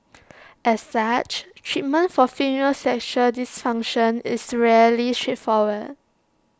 as such treatment for female sexual dysfunction is rarely straightforward